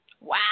Wow